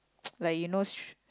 like you know sh~